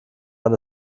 man